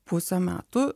pusę metų